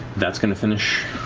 that's going to finish